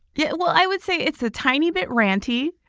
yeah well, i would say it's a tiny bit ranty,